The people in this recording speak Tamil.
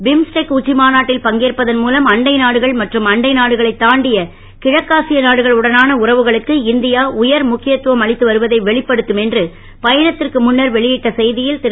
பிம்ஸ்டெக் உச்சி மாநாட்டில் பங்கேற்பதன் மூலம் அண்டை நாடுகள் மற்றும் அண்டை நாடுகளை தாண்டிய கிழக்காசிய நாடுகள் உடனான உறவுகளுக்கு இந்தியா உயர் முக்கியத்துவம் அளித்து வருவதை வெளிப்படுத்தும் என்று பயணத்திற்கு முன்னர் வெளியிட்ட செய்தியில் திரு